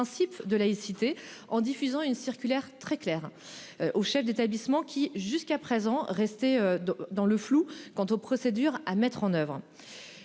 de laïcité en diffusant une circulaire très clair. Au chef d'établissement qui jusqu'à présent resté dans le flou quant aux procédures à mettre en oeuvre.